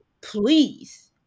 please